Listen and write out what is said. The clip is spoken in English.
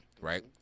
right